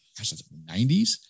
90s